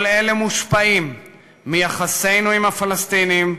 כל אלה מושפעים מיחסינו עם הפלסטינים,